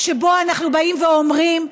שבו אנחנו באים ואומרים: